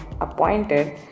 appointed